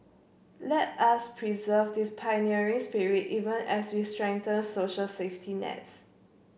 let us preserve this pioneering spirit even as we strengthen social safety nets